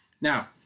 Now